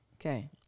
Okay